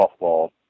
softball